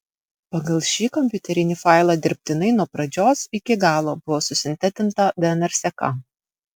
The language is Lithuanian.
pagal šį kompiuterinį failą dirbtinai nuo pradžios iki galo buvo susintetinta dnr seka